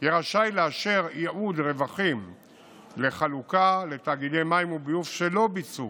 יהיה רשאי לאשר ייעוד רווחים לחלוקה לתאגידי מים וביוב שלא ביצעו